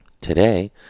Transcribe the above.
Today